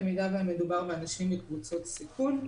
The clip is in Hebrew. במידה שמדובר באנשים מקבוצות סיכון.